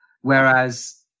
Whereas